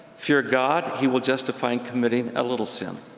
fear god he will justify in committing a little sin.